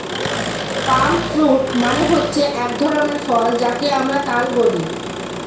পাম fruit মানে হচ্ছে এক ধরনের ফল যাকে আমরা তাল বলি